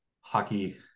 hockey